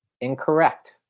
Incorrect